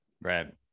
right